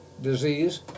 disease